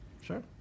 Sure